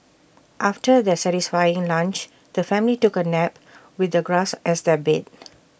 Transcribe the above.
after their satisfying lunch the family took A nap with the grass as their bed